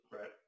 Right